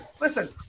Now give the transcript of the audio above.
listen